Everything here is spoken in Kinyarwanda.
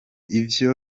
ivyo